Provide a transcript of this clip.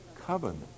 covenant